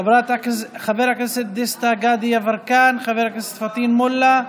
חבר הכנסת דסטה גדי יברקן, חבר הכנסת פטין מולא,